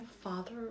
father